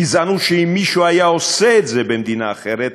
גזענות שאם מישהו היה עושה את זה במדינה אחרת,